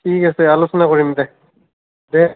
ঠিক আছে আলোচনা কৰিম দে দে